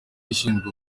ishinzwe